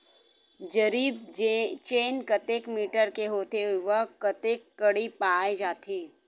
जरीब चेन कतेक मीटर के होथे व कतेक कडी पाए जाथे?